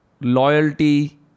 Loyalty